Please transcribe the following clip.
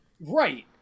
Right